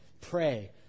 Pray